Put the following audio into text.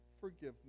forgiveness